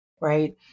right